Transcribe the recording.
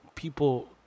People